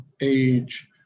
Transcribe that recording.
age